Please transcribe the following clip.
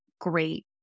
great